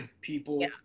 people